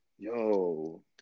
Yo